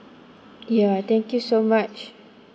yeah thank you so much